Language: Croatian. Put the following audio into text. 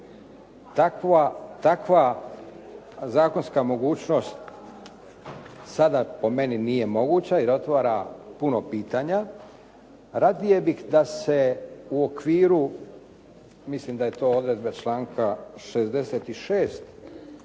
Takva zakonska mogućnost sada po meni nije moguća i otvara puno pitanja. Radije bih da se u okviru, mislim da je to odredbe članka 66.